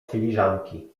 filiżanki